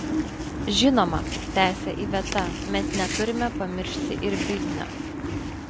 žinoma tęsia iveta mes neturime pamiršti ir biznio